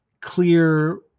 clear